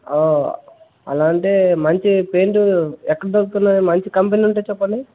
అలా అంటే మంచి పెయింటు ఎక్కడ దొరుకుతున్నాయో మంచి కంపెనీ ఉంటే చెప్పండి